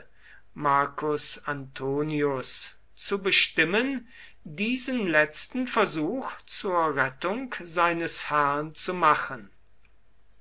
marcus antonius zu bestimmen diesen letzten versuch zur rettung seines herrn zu machen